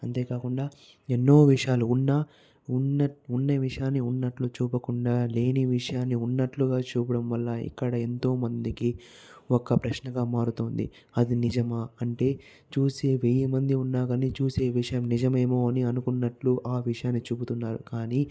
అంతే కాకుండా ఎన్నో విషయాలు ఉన్నా ఉన్న ఉన్న విషయాన్ని ఉన్నట్టు చూపకుండా లేని విషయాన్ని ఉన్నట్టుగా చూపడం వల్ల ఇక్కడ ఎంతోమందికి ఒక ప్రశ్నగా మారుతుంది అది నిజమా అంటే చూసే వెయ్యి మంది ఉన్నా కానీ చూసే విషం నిజం ఏమో అని అనుకున్నట్టు ఆ విషయాన్ని చూపుతున్నారు కానీ